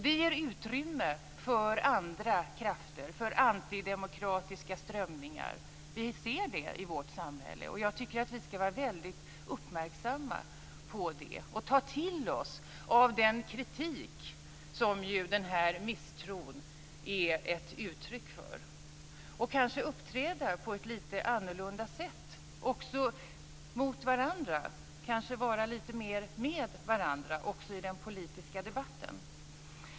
Det ger utrymme för andra krafter - för antidemokratiska strömningar. Vi ser det i vårt samhälle. Jag tycker att vi ska vara väldigt uppmärksamma på det, ta till oss av den kritik som denna misstro är ett uttryck för och kanske uppträda på ett lite annorlunda sett också mot varandra. Vi ska kanske vara lite mer med varandra också i den politiska debatten.